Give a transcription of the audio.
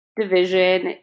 division